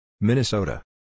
Minnesota